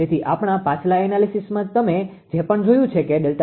તેથી આપણા પાછલા એનાલિસીસમાં તમે જે પણ જોયું છે કે ΔPL0